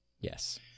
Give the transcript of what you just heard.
Yes